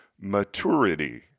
maturity